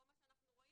פה מה שאנחנו רואים,